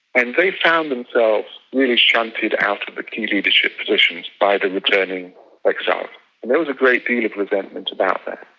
and they found themselves really shunted out of the key leadership positions by the returning exiles, and there was a great deal of resentment about that.